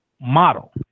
model